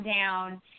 down